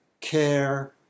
care